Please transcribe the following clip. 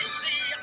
see